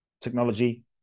technology